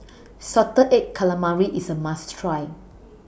Salted Egg Calamari IS A must Try